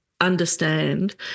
understand